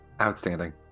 Outstanding